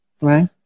right